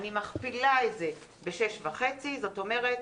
אני מכפילה את זה ב-6.5, זאת אומרת